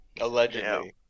Allegedly